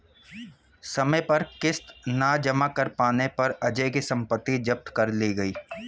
समय पर किश्त न जमा कर पाने पर अजय की सम्पत्ति जब्त कर ली गई